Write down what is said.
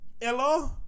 Hello